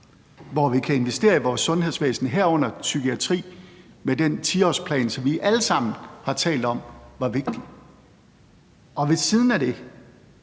hvor vi kan investere i vores sundhedsvæsen, herunder psykiatri, med den 10-årsplan, som vi alle sammen har talt om var vigtig. På den anden side